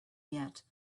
yet